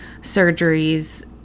surgeries